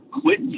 quit